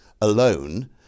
alone